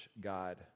God